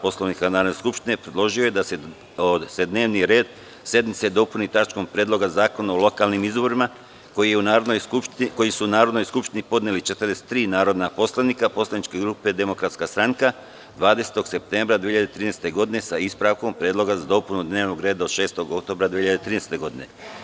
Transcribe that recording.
Poslovnika Narodne skupštine, predložio je da se dnevni red sednice dopuni tačkom – Predlog zakona o lokalnim izborima, koji su Narodnoj skupštini podnela 43 narodna poslanika poslaničke grupe DS, 20. septembra 2013. godine, sa ispravkom Predloga za dopunu dnevnog reda od 6. oktobra 2013. godine.